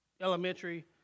elementary